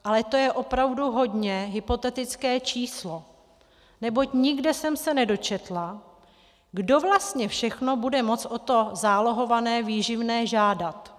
Ale to je opravdu hodně hypotetické číslo, neboť nikde jsem se nedočetla, kdo vlastně všechno bude moct o to zálohované výživné žádat.